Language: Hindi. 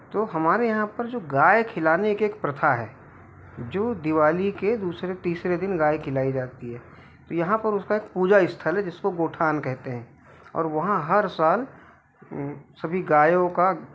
तो हमारे यहाँ पर जो गाय खिलाने के एक प्रथा है जो दिवाली के दूसरे तीसरे दिन गाय खिलाई जाती है तो यहाँ पर उस का एक पूजा स्थल है जिस को गोठान कहते हैं और वहाँ हर साल सभी गायों का